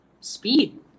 speed